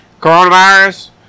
Coronavirus